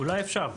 אולי אפשר.